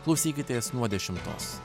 klausykitės nuo dešimtos